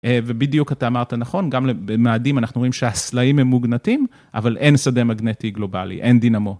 ובדיוק אתה אמרת נכון, גם במאדים אנחנו רואים שהסלעים הם מוגנטים, אבל אין שדה מגנטי גלובלי, אין דינמו.